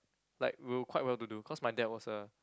like we were quite well to do cause my dad was a